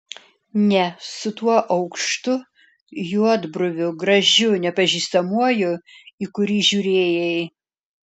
ne su tuo aukštu juodbruviu gražiu nepažįstamuoju į kurį žiūrėjai